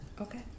Okay